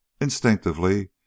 Instinctively